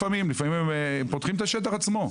לפעמים הם פותחים את השטח עצמו,